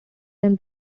them